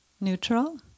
neutral